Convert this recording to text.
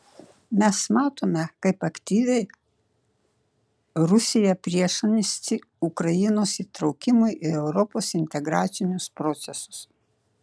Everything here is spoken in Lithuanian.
mes matome kaip aktyviai rusija priešinasi ukrainos įtraukimui į europos integracinius procesus